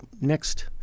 next